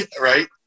right